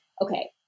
okay